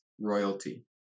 royalty